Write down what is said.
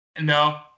No